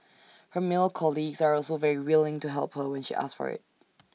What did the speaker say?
her male colleagues are also very willing to help her when she asks for IT